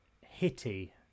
Hitty